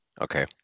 Okay